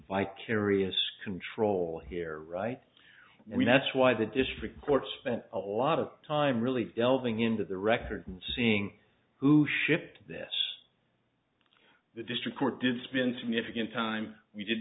vicarious control here right and that's why the district court spent a lot of time really delving into the records and seeing who shipped this the district court did spin significant time we did